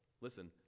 listen